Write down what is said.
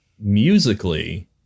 musically